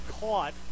caught